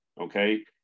okay